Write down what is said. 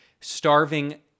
starving